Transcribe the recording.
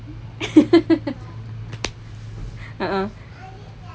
a'ah